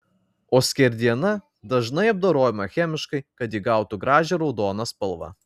o skerdiena dažnai apdorojama chemiškai kad įgautų gražią raudoną spalvą